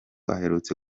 aherutse